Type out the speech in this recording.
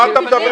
על מה אתה מדבר?